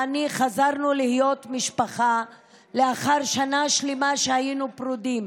ואני חזרנו להיות משפחה לאחר שנה שלמה שבה היינו פרודים.